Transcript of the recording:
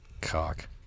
Cock